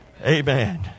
Amen